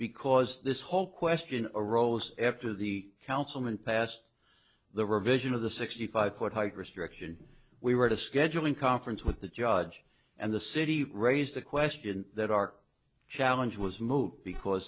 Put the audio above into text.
because this whole question arose after the councilman passed the revision of the sixty five court hydrous direction we were to scheduling conference with the judge and the city raised the question that arc challenge was moot because